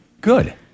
Good